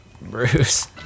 Bruce